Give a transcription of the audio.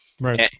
Right